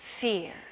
Fear